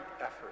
effort